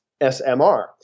SMR